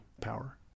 power